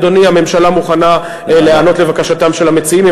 אדוני, הממשלה מוכנה להיענות לבקשתם של המציעים.